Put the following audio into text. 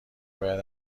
باید